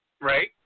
right